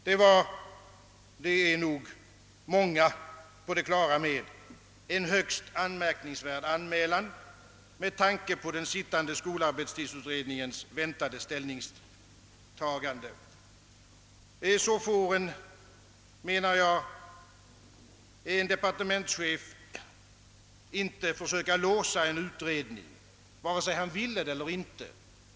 Detta är — det är nog många på det klara med — en högst anmärkningsvärd anmälan med tanke på den sittande skolarbetstidsutredningens väntade ställningstagande. Så får, anser jag, en departementschef inte försöka låsa en utredning, vare sig detta varit hans avsikt eller inte.